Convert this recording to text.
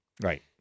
Right